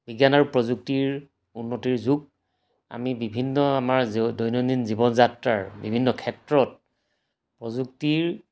বিজ্ঞান আৰু প্ৰযুক্তিৰ উন্নতিৰ যুগ আমি বিভিন্ন আমাৰ দৈনন্দিন জীৱন যাত্ৰাৰ বিভিন্ন ক্ষেত্ৰত প্ৰযুক্তিৰ